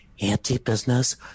anti-business